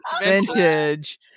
Vintage